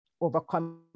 overcome